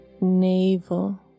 navel